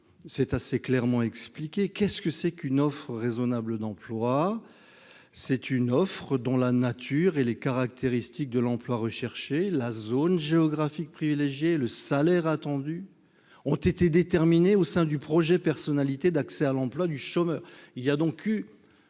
c'est assez clairement expliqué qu'est ce que c'est qu'une offre raisonnable d'emploi c'est une offre dont la nature et les caractéristiques de l'emploi, rechercher la zone géographique privilégiée le salaire attendu ont été déterminées au sein du projet personnalité d'accès à l'emploi du chômeur